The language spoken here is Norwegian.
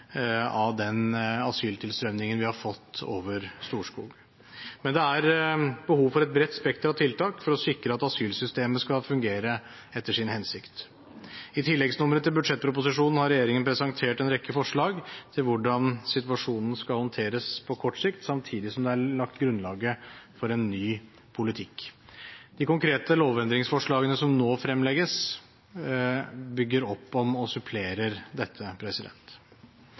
av den asyltilstrømningen vi har fått over Storskog. Men det er behov for et bredt spekter av tiltak for å sikre at asylsystemet skal fungere etter sin hensikt. I tilleggsnummeret til budsjettproposisjonen har regjeringen presentert en rekke forslag til hvordan situasjonen skal håndteres på kort sikt samtidig som det er lagt grunnlag for en ny politikk. De konkrete lovendringsforslagene som nå fremlegges, bygger opp om og supplerer dette.